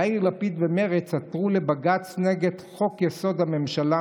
יאיר לפיד ומרצ עתרו לבג"ץ נגד חוק-יסוד: הממשלה